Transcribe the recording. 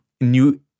new